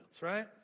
right